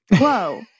Whoa